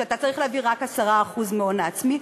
שאתה צריך להביא רק 10% מההון העצמי,